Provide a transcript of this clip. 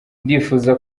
ndifuza